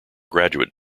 graduate